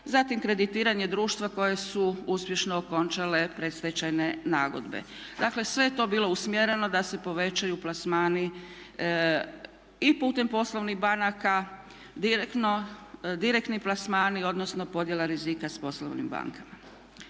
zatim kreditiranje društva koje su uspješno okončale predstečajne nagodbe. Dakle sve je to bilo usmjereno da se povećaju plasmani i putem poslovnih banaka, direktni plasmani, odnosno podjela rizika sa poslovnim bankama.